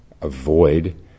avoid